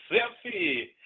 Selfie